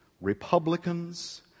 Republicans